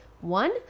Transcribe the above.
one